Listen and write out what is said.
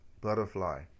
butterfly